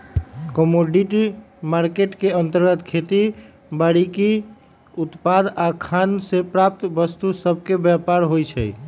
commodity market के अंतर्गत खेती बाड़ीके उत्पाद आऽ खान से प्राप्त वस्तु सभके व्यापार होइ छइ